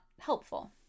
helpful